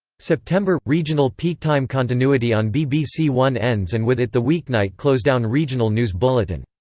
september regional peaktime continuity on b b c one ends and with it the weeknight closedown regional news bulletin.